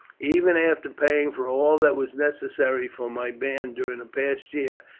even after paying for all that was necessary for my band during the past year,